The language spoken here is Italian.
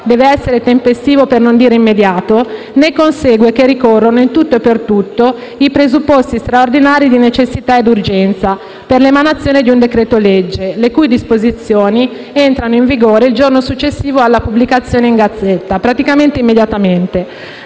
deve essere tempestivo, per non dire immediato, ne consegue che ricorrono in tutto e per tutto i presupposti straordinari di necessità ed urgenza per l'emanazione di un decreto-legge, le cui disposizioni entrano in vigore il giorno successivo alla pubblicazione nella Gazzetta ufficiale, in pratica immediatamente.